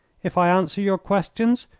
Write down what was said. if i answer your questions,